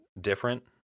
different